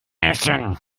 essen